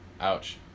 Ouch